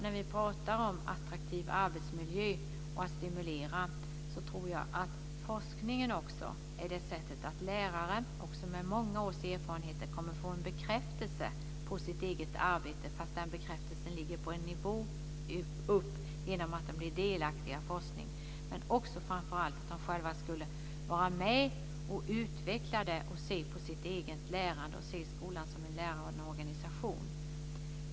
När vi talar om attraktiv arbetsmiljö och stimulans tror jag att forskningen också är ett sätt att ge lärare med många års erfarenheter en bekräftelse på sitt eget arbete genom att de blir delaktiga i forskning. Framför allt tycker jag att de själva ska vara med och utveckla synen på sitt eget lärande och se skolan som en lärande organisation.